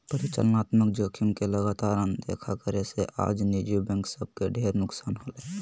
परिचालनात्मक जोखिम के लगातार अनदेखा करे से आज निजी बैंक सब के ढेर नुकसान होलय हें